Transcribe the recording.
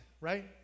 right